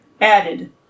added